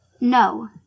no